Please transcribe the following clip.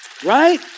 Right